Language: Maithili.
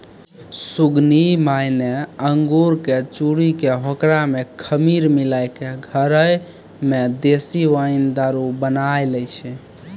सुगनी माय न अंगूर कॅ चूरी कॅ होकरा मॅ खमीर मिलाय क घरै मॅ देशी वाइन दारू बनाय लै छै